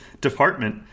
department